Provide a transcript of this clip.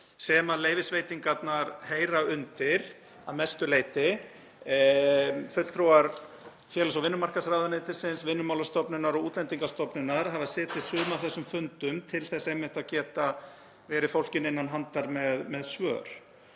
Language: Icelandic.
sem leyfisveitingarnar heyra undir að mestu leyti, fulltrúar félags- og vinnumarkaðsráðuneytisins, Vinnumálastofnunar og Útlendingastofnunar setið suma af þessum fundum til þess einmitt að geta verið fólkinu innan handar með svör.